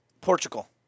Portugal